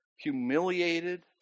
humiliated